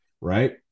Right